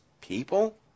people